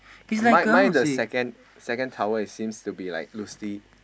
my my the second second towel it seems to be like loosely